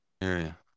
area